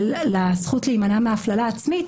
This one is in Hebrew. לזכות להימנע מהפללה עצמית